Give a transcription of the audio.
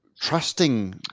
trusting